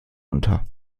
unter